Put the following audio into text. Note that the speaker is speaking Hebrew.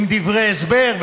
עם דברי הסבר.